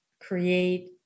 create